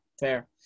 Fair